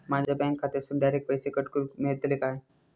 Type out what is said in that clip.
माझ्या बँक खात्यासून डायरेक्ट पैसे कट करूक मेलतले काय?